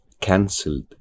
cancelled